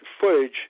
footage